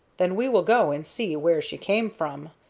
then we will go and see where she came from,